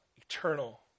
eternal